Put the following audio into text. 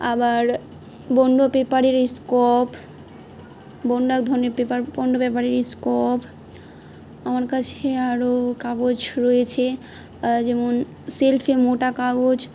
আবার বন্ড পেপারের scope bond ধনের পেপার বন্ড পেপারের স্কপ আমার কাছে আরও কাগজ রয়েছে যেমন সেলফে মোটা কাগজ